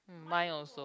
mm mine also